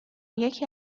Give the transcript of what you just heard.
یکی